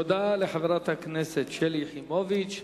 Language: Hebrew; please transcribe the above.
תודה לחברת הכנסת שלי יחימוביץ.